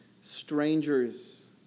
strangers